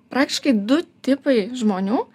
praktiškai du tipai žmonių